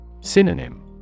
Synonym